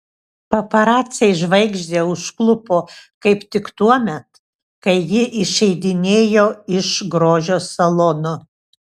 paparaciai žvaigždę užklupo kaip tik tuomet kai ji išeidinėjo iš grožio salono